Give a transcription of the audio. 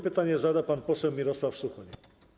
Pytanie zada pan poseł Mirosław Suchoń.